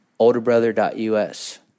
Olderbrother.us